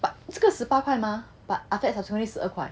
but 这个十八块 mah but after that subsequently 十二块